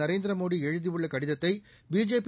நரேந்திரமோடி எழுதியுள்ள கடிதத்தை பிஜேபி